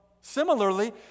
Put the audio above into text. Similarly